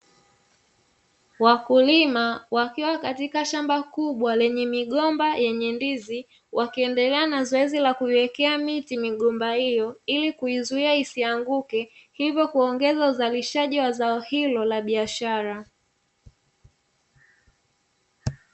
Wakulima wakiwa katika shamba kubwa lenye migomba yenye ndizi wakiendelea na zoezi la kuiwekea miti migomba hiyo, ili kuizuia isianguke hivyo kuongeza uzalishaji wa zao hilo la biashara.